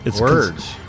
Words